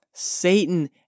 Satan